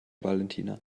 valentina